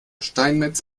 steinmetz